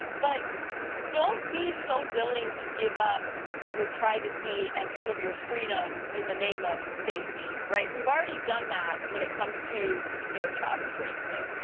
but don't be so willing to give up your privacy and some of your freedoms in the name of safety. we've already done that when it comes to air travel for instance,